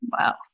Wow